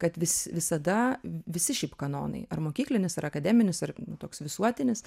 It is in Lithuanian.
kad vis visada visi šiaip kanonai ar mokyklinis ir akademinis ar toks visuotinis